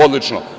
Odlično.